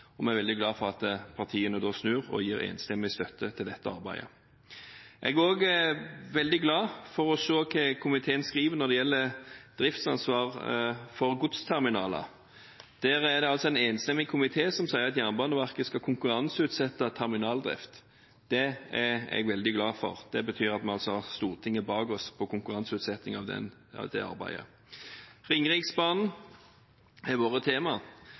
og vi er veldig glade for at partiene snur og gir enstemmig støtte til dette arbeidet. Jeg er også veldig glad for å se hva komiteen skriver når det gjelder driftsansvar for godsterminaler. Det en enstemmig komité som sier at Jernbaneverket skal konkurranseutsette terminaldrift. Det er jeg veldig glad for. Det betyr at vi har Stortinget bak oss når det gjelder konkurranseutsetting av det arbeidet. Ringeriksbanen har vært tema. Nå er